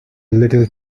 little